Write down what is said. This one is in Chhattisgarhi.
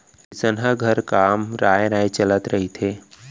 किसनहा घर काम राँय राँय चलत रहिथे